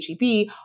HEB